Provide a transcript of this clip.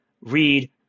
read